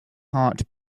heart